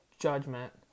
judgment